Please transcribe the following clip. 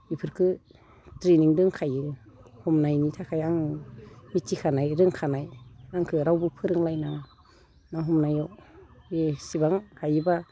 बेफोरखो ट्रेनिं दंखायो हमनायनि थाखाय आं मिथिखानाय रोंखानाय आंखौ रावबो फोरोंलायनाङा ना हमनायाव बेसेबां हायोबा